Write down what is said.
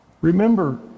Remember